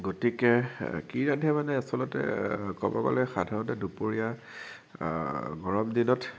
গতিকে কি ৰান্ধে মানে আচলতে ক'ব গলে সাধাৰণতে দুপৰীয়া গৰম দিনত